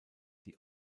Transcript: die